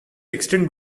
extend